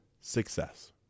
success